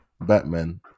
Batman